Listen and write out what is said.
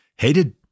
hated